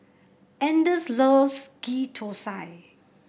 Anders loves Ghee Thosai